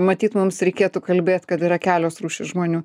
matyt mums reikėtų kalbėt kad yra kelios rūšys žmonių